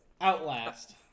outlast